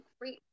great